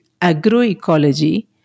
agroecology